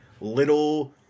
little